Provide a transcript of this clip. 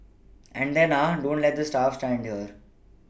and then ah don't let the staff stand here